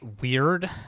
weird